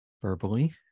Verbally